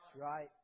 Right